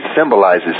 symbolizes